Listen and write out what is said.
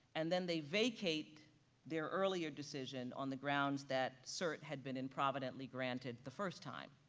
and then they vacate their earlier decision on the grounds that cert had been improvidently granted the first time.